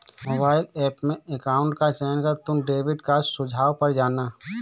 mobile app में account का चयन कर तुम डेबिट कार्ड सुझाव पर जाना